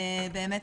באמת